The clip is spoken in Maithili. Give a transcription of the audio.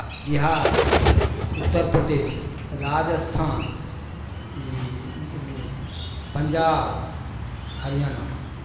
बिहार उत्तर प्रदेश राजस्थान ई ई पंजाब हरियाणा